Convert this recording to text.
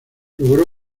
logró